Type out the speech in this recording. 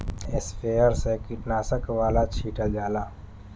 sprayer से कीटनाशक वाला छीटल जाला